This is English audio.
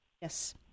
Yes